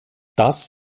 das